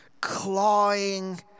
clawing